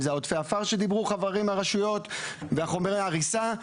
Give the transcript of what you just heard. אם זה עודפי עפר שדיברו חברים מהרשויות וחומרי הריסה.